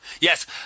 Yes